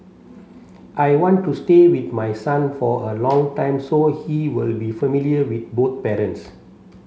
I want to stay with my son for a long time so he will be familiar with both parents